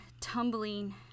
tumbling